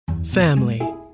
Family